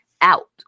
out